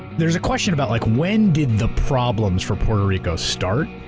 there's a question about like when did the problems for puerto rico start?